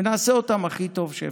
ונעשה אותן הכי טוב שאפשר.